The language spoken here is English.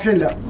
and